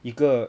一个